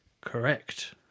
Correct